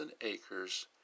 acres